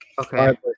okay